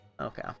Okay